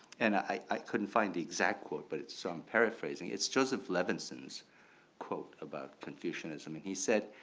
and i couldn't find the exact quote but it's some paraphrasing, it's joseph levinson's quote about confucianism and he said,